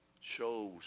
shows